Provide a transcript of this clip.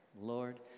Lord